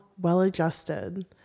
well-adjusted